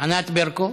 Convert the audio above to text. ענת ברקו.